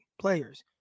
players